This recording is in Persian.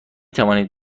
توانید